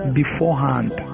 beforehand